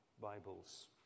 Bibles